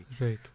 Right